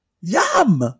Yum